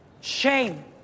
Shame